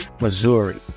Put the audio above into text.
Missouri